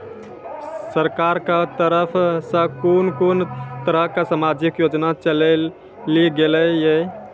सरकारक तरफ सॅ कून कून तरहक समाजिक योजना चलेली गेलै ये?